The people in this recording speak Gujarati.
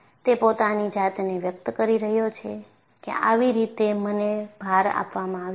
તે પોતાની જાતને વ્યક્ત કરી રહ્યો છે કે આવી રીતે મને ભાર આપવામાં આવ્યો છે